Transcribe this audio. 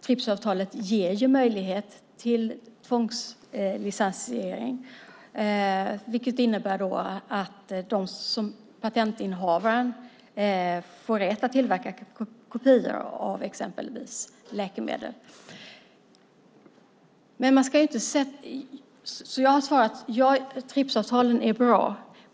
TRIPS-avtalet ger möjlighet till tvångslicensiering, vilket innebär att patentinnehavaren får rätt att tillverka kopior av exempelvis läkemedel. TRIPS-avtalet är alltså bra.